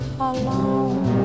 alone